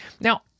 Now